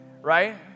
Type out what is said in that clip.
right